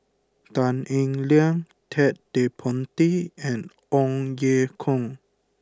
Tan Eng Liang Ted De Ponti and Ong Ye Kung